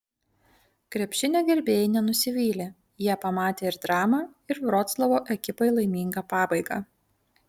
krepšinio gerbėjai nenusivylė jie pamatė ir dramą ir vroclavo ekipai laimingą pabaigą